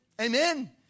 amen